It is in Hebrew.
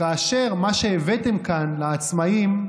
כאשר מה שהבאתם כאן לעצמאים,